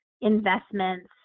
investments